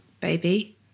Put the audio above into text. baby